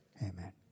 Amen